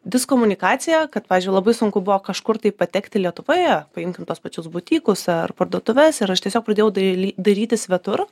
diskomunikaciją kad pavyzdžiui labai sunku buvo kažkur tai patekti lietuvoje paimkim tuos pačius butikus ar parduotuves ir aš tiesiog pradėjau daly dairytis svetur